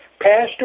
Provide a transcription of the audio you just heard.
Pastor